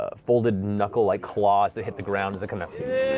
ah folded knuckle-like claws that hit the ground as kind of